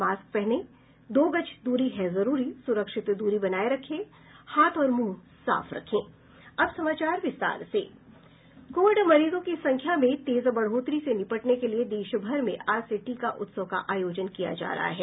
mask पहनें दो गज दूरी है जरूरी सुरक्षित दूरी बनाये रखें हाथ और मुंह साफ रखें कोविड मरीजों की संख्या में तेज बढ़ोतरी से निपटने के लिए देश भर में आज से टीका उत्सव का आयोजन किया जा रहा है